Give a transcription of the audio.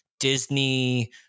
disney